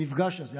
המפגש הזה,